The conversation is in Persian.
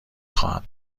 خواهد